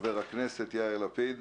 חבר הכנסת יאיר לפיד,